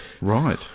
Right